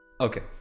Okay